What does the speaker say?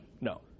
no